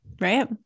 Right